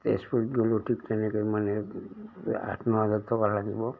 তেজপুৰ গ'লেও ঠিক তেনেকে মানে আঠ ন হাজাৰ টকা লাগিব